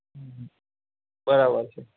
હં હં બરાબર છે